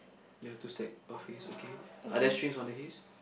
there are two stack of hays okay are there strings on the hays